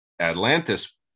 Atlantis